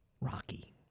Rocky